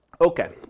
Okay